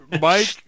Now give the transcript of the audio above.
Mike